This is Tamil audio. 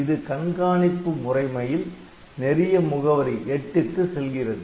இது கண்காணிப்பு முறைமையில் நெறியமுகவரி '8' க்கு செல்கிறது